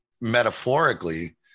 metaphorically